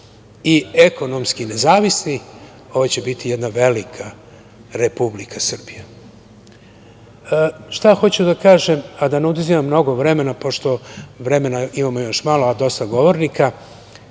i ekonomski nezavisni, ovo će biti jedna velika Republika Srbija. Šta hoću da kažem, a da ne oduzimam mnogo vremena pošto vremena imamo još malo, a dosta govornika,